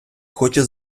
хоче